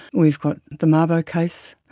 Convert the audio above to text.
we've got the mabo case.